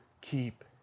keep